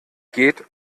geht